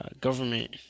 government